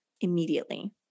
immediately